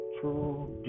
true